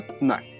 no